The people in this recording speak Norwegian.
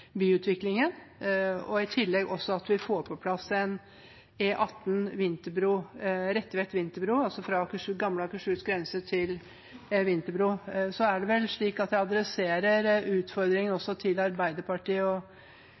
i tillegg at vi får på plass E18 Retvet–Vinterbro, fra gamle Akershus’ grense til Vinterbro. Jeg adresserer den utfordringen også til Arbeiderpartiet og representanten Myrli, sånn at